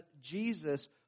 Jesus